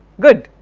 good